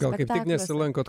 gal kaip tik nesilankot